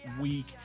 week